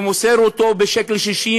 והוא מוסר אותו ב-1.60 שקל,